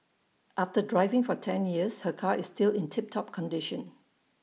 after driving for ten years her car is still in tip top condition